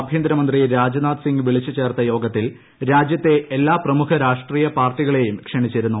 ആഭ്യന്തര മന്ത്രി രാജ് നാഥ് സിംഗ് വിളിച്ചു ചേർത്ത യോഗത്തിൽ രാജ്യത്തെ എല്ലാ പ്രമുഖ രാഷ്ട്രീയ പാർട്ടികളെയും ക്ഷണിച്ചിരുന്നു